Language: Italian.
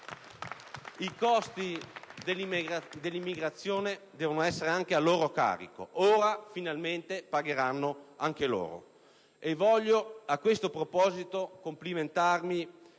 I costi dell'immigrazione devono essere anche a loro carico. Ora, finalmente, pagheranno anche loro. A questo proposito, voglio complimentarmi